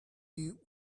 you